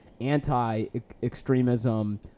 anti-extremism